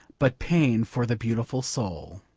but pain for the beautiful soul.